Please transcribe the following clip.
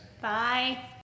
Bye